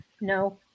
No